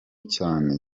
cyane